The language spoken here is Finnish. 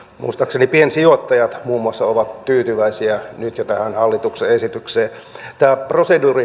muistaakseni piensijoittajat muun muassa ovat tyytyväisiä nyt jo tähän hallituksen esitykseen